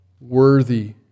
worthy